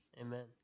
amen